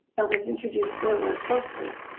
that was introduced earlier closely,